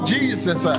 Jesus